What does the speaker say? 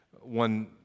One